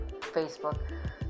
facebook